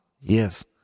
Yes